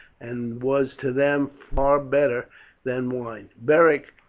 and was to them far better than wine. beric,